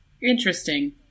Interesting